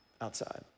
outside